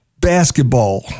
basketball